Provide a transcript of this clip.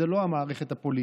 זה לא המערכת הפוליטית.